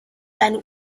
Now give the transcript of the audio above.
seine